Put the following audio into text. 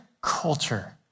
culture